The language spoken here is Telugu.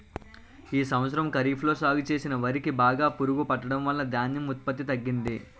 ఈ సంవత్సరం ఖరీఫ్ లో సాగు చేసిన వరి కి బాగా పురుగు పట్టడం వలన ధాన్యం ఉత్పత్తి తగ్గింది